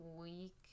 week